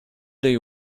they